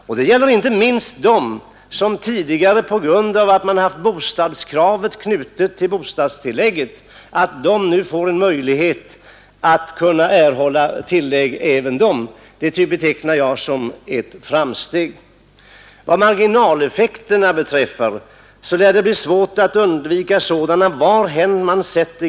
Inte minst betecknar jag det som ett framsteg att de som tidigare varit missgynnade på grund av att man haft bostadskravet knutet till bostadstillägget nu får en möjlighet att erhålla tillägg. Vad marginaleffekterna beträffar lär det bli svårt att undvika sådana.